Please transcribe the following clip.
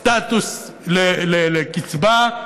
סטטוס, לקצבה,